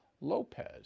Lopez